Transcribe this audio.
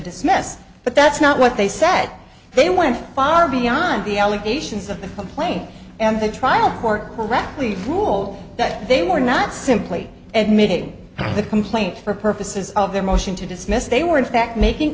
dismiss but that's not what they said they went far beyond the allegations of the complaint and the trial court correctly ruled that they were not simply admitting the complaint for purposes of their motion to dismiss they were in fact making